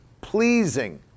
pleasing